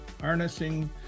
Harnessing